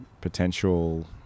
potential